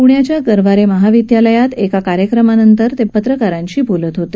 पृण्याच्या गरवारे महाविद्यालयात एका कार्यक्रमानंतर ते पत्रकारांशी बोलत होते